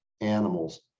animals